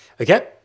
Okay